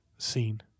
seen